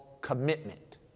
commitment